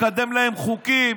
לקדם להם חוקים,